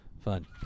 fun